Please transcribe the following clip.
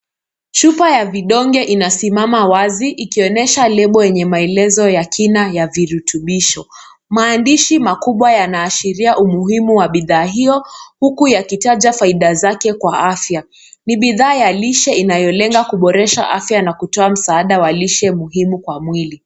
Chupa ya vidonge inasimama wazi ikionyesha lebo yenye maelezo ya kina ya virutubisho. Maandishi makubwa yanaashiria umuhimu wa bidhaa hiyo huku yakitaja faida zake kwa afya. Ni bidhaa ya lishe inayolenga kuboresha afya na kutoa msaada wa lishe muhimu kwa mwili.